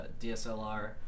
DSLR